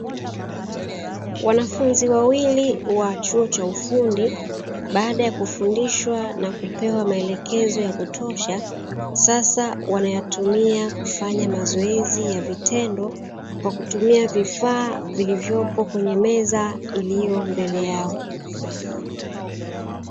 Wanafunzi wawili wa chuo cha ufundi, baada ya kufundishwa na kupewa maelekezo ya kutosha, sasa wanayatumia kufanya mazoezi ya vitendo kwa kutumia vifaa vilivyopo kwenye meza iliyo mbele yao.